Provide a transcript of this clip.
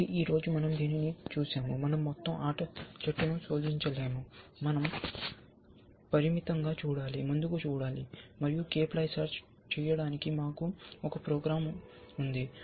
కాబట్టి ఈ రోజు మనం దీనిని చూశాము మనం మొత్తం ఆట చెట్టును శోధించలేము మనం పరిమితంగా చూడాలి ముందుకు చూడాలి మరియు k ప్లై సెర్చ్ చేయడానికి మాకు ఒక ప్రోగ్రామ్ ఉంది